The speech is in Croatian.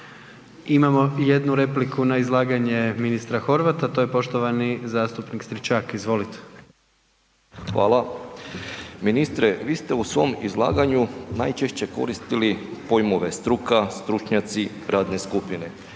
Imamo jednu repliku na izlaganje ministra Horvata, to je poštovani zastupnik Stričak. Izvolite. **Stričak, Anđelko (HDZ)** Ministre vi ste u svom izlaganju najčešće koristili pojmove struka, stručnjaci, radne skupine,